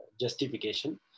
justification